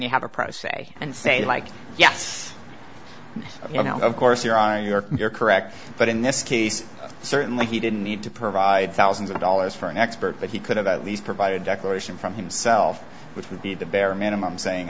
you have a process and say like yes you know of course you are york and you're correct but in this case certainly he didn't need to provide thousands of dollars for an expert but he could have at least provided declaration from himself which would be the bare minimum saying